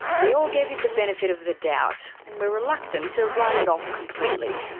they all gave it the benefit of the doubt and were reluctant to write it off completely.